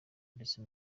ndetse